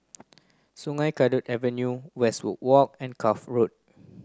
Sungei Kadut Avenue Westwood Walk and Cuff Road